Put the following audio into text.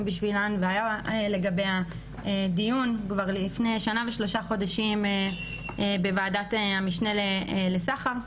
בשבילן היה לגביה דיון כבר לפני שנה ושלושה חודשים בוועדת המשנה לסחר,